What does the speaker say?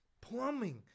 plumbing